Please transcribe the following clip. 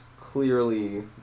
clearly